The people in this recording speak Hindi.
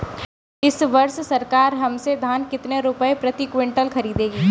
इस वर्ष सरकार हमसे धान कितने रुपए प्रति क्विंटल खरीदेगी?